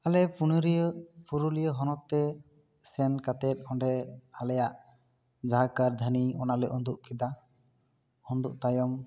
ᱟᱞᱮ ᱯᱩᱨᱩᱞᱤᱭᱟᱹ ᱯᱩᱨᱩᱞᱤᱭᱟᱹ ᱦᱚᱱᱚᱛ ᱛᱮ ᱥᱮᱱ ᱠᱟᱛᱮᱫ ᱚᱸᱰᱮ ᱟᱞᱮᱭᱟᱜ ᱡᱟ ᱠᱟᱨᱫᱷᱟᱹᱱᱤ ᱚᱱᱟᱞᱮ ᱩᱫᱩᱜᱽ ᱠᱮᱫᱟ ᱩᱫᱩᱜᱽ ᱛᱟᱭᱚᱢ